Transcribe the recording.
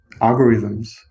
algorithms